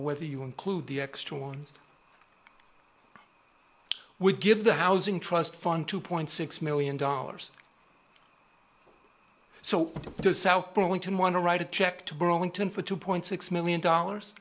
whether you include the extra ones i would give the housing trust fund two point six million dollars so the south burlington want to write a check to burlington for two point six million dollars